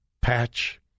Patch